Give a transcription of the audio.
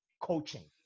coaching